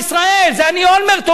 זה אני, אולמרט, אומר את זה.